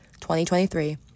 2023